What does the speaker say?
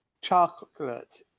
chocolate